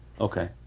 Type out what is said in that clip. Okay